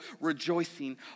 rejoicing